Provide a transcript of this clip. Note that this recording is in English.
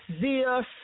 Zeus